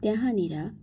त्यहाँनिर